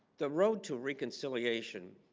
the road to reconciliation